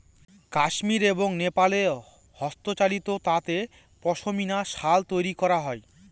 কাশ্মির এবং নেপালে হস্তচালিত তাঁতে পশমিনা শাল তৈরী করা হয়